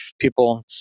people